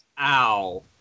ow